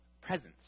presence